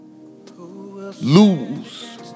lose